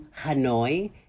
Hanoi